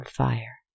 fire